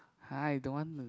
[huh] I don't want